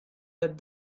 that